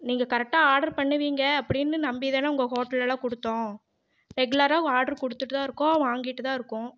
நீங்கள் கரெக்டாக ஆர்ட்ரு பண்ணுவிங்க அப்படின்னு நம்பி தான் உங்கள் ஹோட்டலில் எல்லாம் கொடுத்தோம் ரெகுலராக ஓ ஆர்ட்ரு கொடுத்துட்டு தான் இருக்கோம் வாங்கிட்டு தான் இருக்கோம்